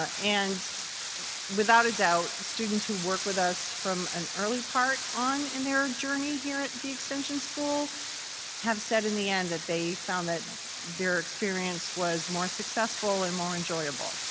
ah and without a doubt, students who work with us from an early part on in their journey here at the extension school have said in the end that they found that their experience was more successful and more enjoyable